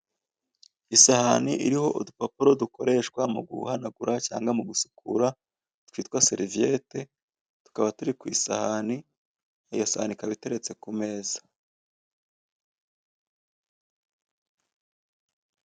Isahane iriho udupapuro dukoreshwa mu guhanagura cyangwa mu gusukura twitwa seriviyete tukaba turi ku isahane, iyo sahane ikaba iteretse ku meza.